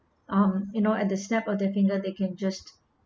um you know at the snap of the finger they can just